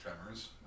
Tremors